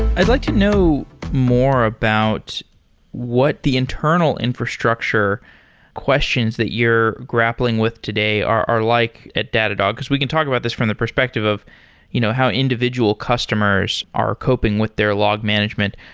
i'd like to know more about what the internal infrastructure questions that you're grappling with today are are like at datadog, because we can talk about this from the perspective of you know how individual customers are coping with their log management.